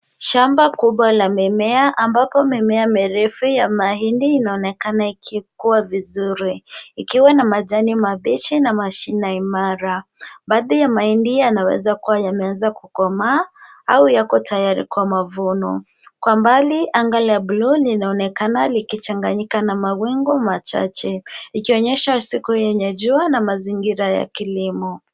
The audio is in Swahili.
Shamba kubwa la mimea ambapo mimea mirefu ya mahindi inaonekana ikikua vizuri, ikiwa na majani mabichi na mashine imara. Baadhi ya mahindi yanaweza kuwa yameanza kukomaa au yako tayari kwa mavuno. Kwa mbali anga la bluu linaonekana likichanganyika na mawingu machache ikionyesha siku yenye jua na mazingira ya kilimo.